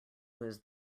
was